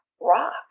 rock